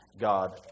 God